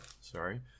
sorry